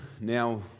Now